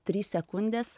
trys sekundės